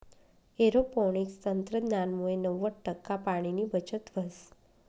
aeroponics तंत्रज्ञानमुये नव्वद टक्का पाणीनी बचत व्हस